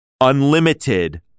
unlimited